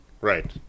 Right